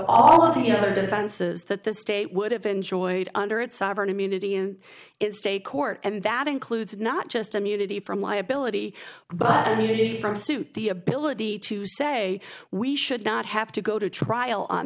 all of the other defenses that the state would have enjoyed under its sovereign immunity and it's a court and that includes not just immunity from liability but from suit the ability to say we should not have to go to trial on